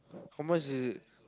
how much is it